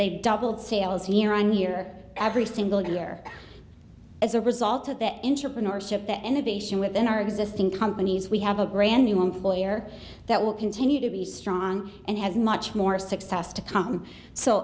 they doubled sales year on year every single year as a result of that interview nor ship the end of the nation within our existing companies we have a brand new employer that will continue to be strong and has much more success to come so